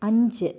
അഞ്ച്